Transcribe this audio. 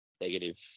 negative